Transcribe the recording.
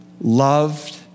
loved